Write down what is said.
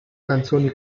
canzoni